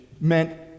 meant